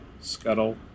scuttle